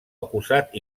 acusat